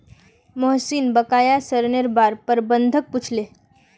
मोहनीश बकाया ऋनेर बार प्रबंधक पूछले